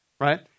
right